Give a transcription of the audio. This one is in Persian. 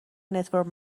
نتورک